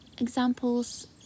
examples